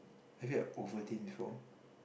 have you had Ovaltine before